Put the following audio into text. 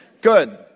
Good